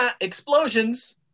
explosions